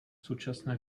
současné